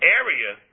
area